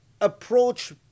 approach